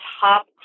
top